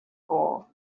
goal